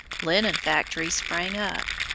linen-factories sprang up.